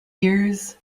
years